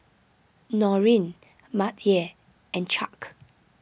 Norine Mattye and Chuck